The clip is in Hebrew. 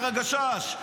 איך אמר הגשש,